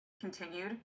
continued